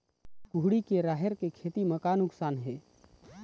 कुहड़ी के राहेर के खेती म का नुकसान हे?